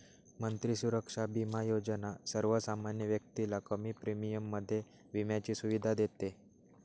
मंत्री सुरक्षा बिमा योजना सर्वसामान्य व्यक्तीला कमी प्रीमियम मध्ये विम्याची सुविधा देते